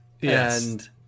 Yes